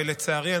ולצערי,